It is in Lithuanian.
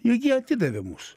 jie gi atidavė mus